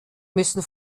müssen